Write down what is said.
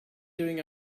doing